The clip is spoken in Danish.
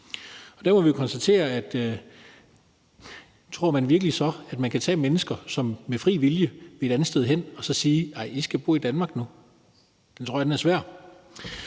EU. Der må vi jo spørge, om man så virkelig tror, at man kan tage mennesker, som med deres fri vilje vil et andet sted hen, og så sige, at de nu skal bo i Danmark. Den tror jeg er svær.